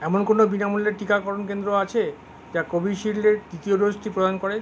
এমন কোনও বিনামূল্যের টিকাকরণ কেন্দ্র আছে যা কোভিশিল্ডের তৃতীয় ডোজটি প্রদান করে